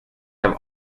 have